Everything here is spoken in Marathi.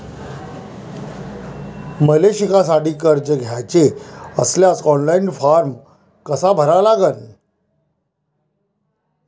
मले शिकासाठी कर्ज घ्याचे असल्यास ऑनलाईन फारम कसा भरा लागन?